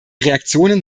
reaktionen